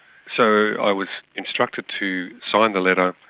so i was instructed to sign the letter,